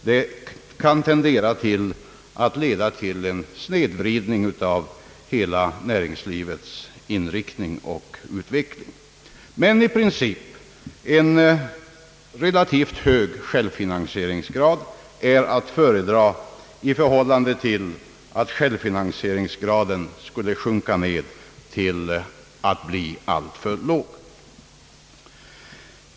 Det kan leda till en snedvridning av hela näringslivets inriktning och utveckling. Men i princip är en relativt hög självfinansieringsgrad att föredra i förhållande till att självfinansieringsgraden skulle bli alltför låg.